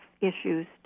issues